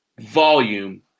volume –